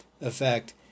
effect